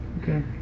Okay